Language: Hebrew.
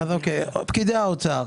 אוקיי, פקידי האוצר.